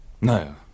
No